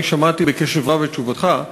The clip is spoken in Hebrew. שמעתי בקשב רב את תשובתך,